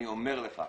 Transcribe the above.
אני אומר לך: